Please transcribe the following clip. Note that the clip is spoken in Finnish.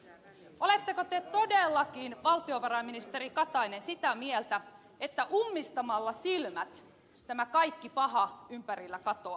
oletteko te todellakin valtiovarainministeri katainen sitä mieltä että ummistamalla silmät tämä kaikki paha ympärillä katoaa